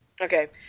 okay